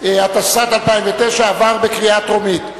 התשס"ט 2009, עברה בקריאה טרומית.